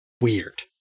weird